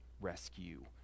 rescue